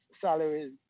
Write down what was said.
salaries